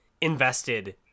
invested